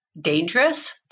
dangerous